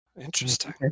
Interesting